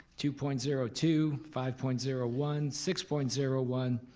two point zero two, five point zero one, six point zero one,